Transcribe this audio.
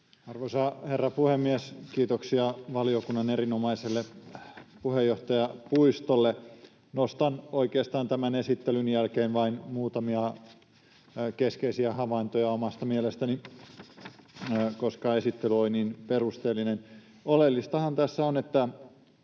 Arvoisa herra puhemies! Kiitoksia valiokunnan erinomaiselle puheenjohtaja Puistolle. Nostan oikeastaan tämän esittelyn jälkeen vain muutamia keskeisiä havaintoja omasta mielestäni, koska esittely oli niin perusteellinen. Oleellistahan tässä on, että